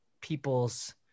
people's